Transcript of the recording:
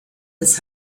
des